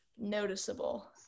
noticeable